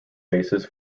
basis